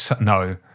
No